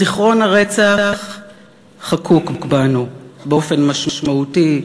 זיכרון הרצח חקוק בנו באופן משמעותי,